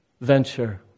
venture